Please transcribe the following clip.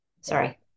Sorry